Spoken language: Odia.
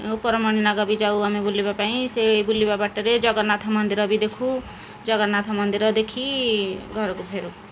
ଉପର ମଣିନାଗ ବି ଯାଉ ଆମେ ବୁଲିବା ପାଇଁ ସେ ବୁଲିବା ବାଟରେ ଜଗନ୍ନାଥ ମନ୍ଦିର ବି ଦେଖୁ ଜଗନ୍ନାଥ ମନ୍ଦିର ଦେଖି ଘରକୁ ଫେରୁ